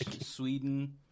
Sweden